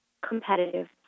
competitive